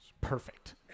Perfect